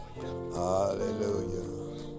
Hallelujah